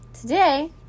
Today